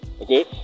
okay